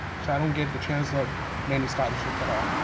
so i don't get the chance of many scholarships at all.